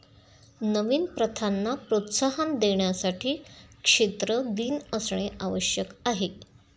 नवीन प्रथांना प्रोत्साहन देण्यासाठी क्षेत्र दिन असणे आवश्यक आहे